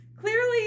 clearly